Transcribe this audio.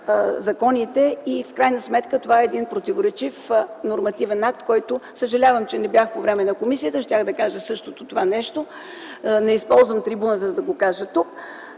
законите, и в крайна сметка това е един противоречив нормативен акт. Съжалявам, че не бях по време на комисията, щях да кажа същото това нещо. Не използвам трибуната, за да го кажа тук.